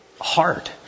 hard